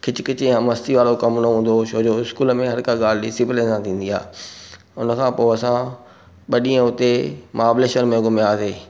खिच खिच या मस्ती वारो कमु न हूंदो हुओ छो जो स्कूल में हर का ॻाल्हि डिसिप्लिन सां थींदी आहे उनखां पोइ असां ॿ ॾींहं उते महाबलेश्वर में घुमयासीं